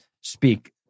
speak